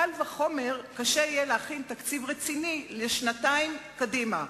קל וחומר קשה יהיה להכין תקציב רציני לשנתיים קדימה.